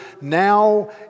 now